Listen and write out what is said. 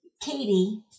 Katie